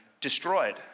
destroyed